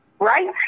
right